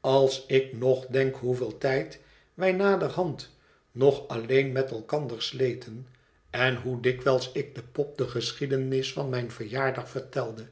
als ik nog denk hoeveel tijd wij naderhand nog alleen met elkander sleten en hoe dikwijls ik de pop de geschiedenis van mijn verjaardag vertelde